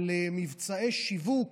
על מבצעי שיווק,